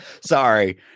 Sorry